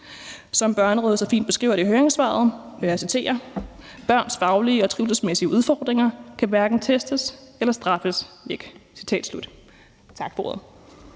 Som Børnerådet så fint beskriver det i høringssvaret: »Børns faglige og trivselsmæssige udfordringer kan hverken testes eller straffes væk.« Tak for ordet.